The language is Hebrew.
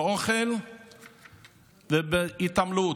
באוכל ובהתעמלות.